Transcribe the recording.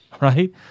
right